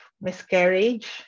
miscarriage